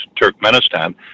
Turkmenistan